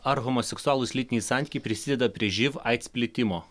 ar homoseksualūs lytiniai santykiai prisideda prie živ aids plitimo